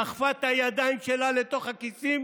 דחפה את הידיים שלה לתוך הכיסים